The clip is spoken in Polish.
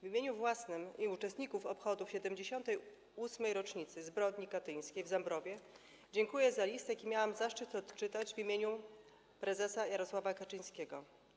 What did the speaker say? W imieniu własnym i uczestników obchodów 78. rocznicy zbrodni katyńskiej w Zambrowie dziękuję za list, jaki miałam zaszczyt odczytać w imieniu prezesa Jarosława Kaczyńskiego.